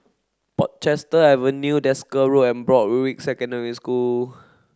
Portchester Avenue Desker Road and Broadrick Secondary School